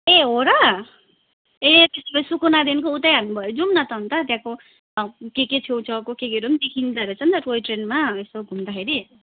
ए हो र ए त्यसो भए सुकुनादेखिको उतै हामी भएर जौँ न त अन्त त्यहाँको अब के के छेउछाउको के केहरू पनि देखिँदो रहेछ नि त टोयट्रेनमा यसो घुम्दाखेरि